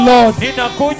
Lord